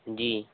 जी